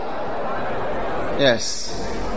Yes